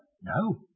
No